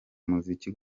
umuziki